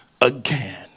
again